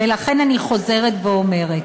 ולכן אני חוזרת ואומרת,